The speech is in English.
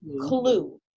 clue